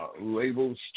labels